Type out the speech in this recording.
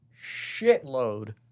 shitload